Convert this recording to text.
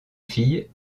fille